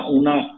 una